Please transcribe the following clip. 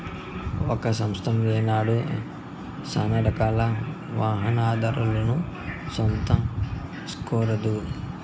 ఒక సంస్థ ఏనాడు సానారకాల వాహనాదారులను సొంతం సేస్కోదు